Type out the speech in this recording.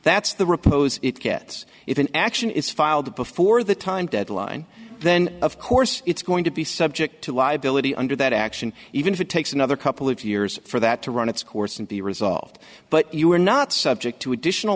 that's the repos it gets if an action is filed before the time deadline then of course it's going to be subject to liability under that action even if it takes another couple of years for that to run its course and be resolved but you are not subject to additional